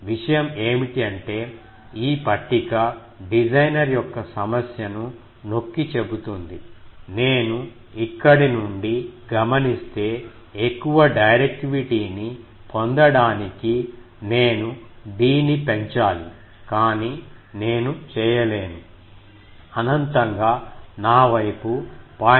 విషయం ఏమిటి అంటే ఈ పట్టిక డిజైనర్ యొక్క సమస్యను నొక్కి చెబుతుంది నేను ఇక్కడ నుండి గమనిస్తే ఎక్కువ డైరెక్టివిటీని పొందడానికి నేను d ని పెంచాలి కాని నేను చేయలేను అనంతంగా నా వైపు 0